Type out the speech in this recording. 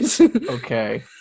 Okay